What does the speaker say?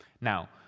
Now